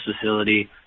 facility